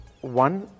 One